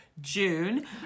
june